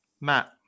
Matt